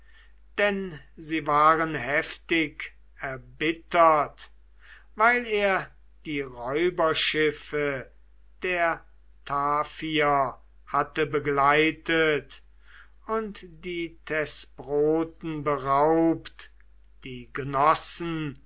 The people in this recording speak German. denn sie waren heftig erbittert weil er die räuberschiffe der taphier hatte begleitet und die thesproten beraubt die genossen